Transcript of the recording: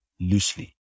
loosely